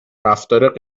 رفتار